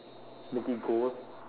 make it gold